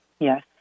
Yes